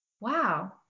wow